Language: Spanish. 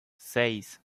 seis